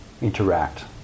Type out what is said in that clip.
interact